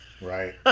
right